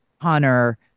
Hunter